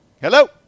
Hello